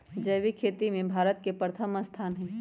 जैविक खेती में भारत के प्रथम स्थान हई